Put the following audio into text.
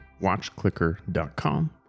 WatchClicker.com